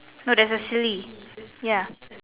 no there's a silly ya